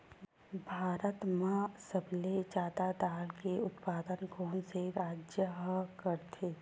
भारत मा सबले जादा दाल के उत्पादन कोन से राज्य हा करथे?